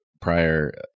prior